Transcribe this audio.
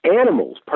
Animals